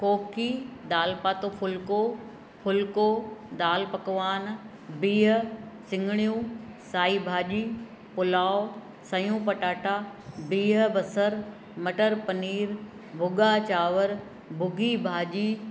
कोकी दाल पातो फुलिको फुलिको दाल पकवान बिहु सिंगड़ियूं साई भाॼी पुलाउ सयूं पटाटा बिहु बसर मटर पनीर भुॻा चांवर भुॻी भाॼी